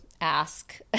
ask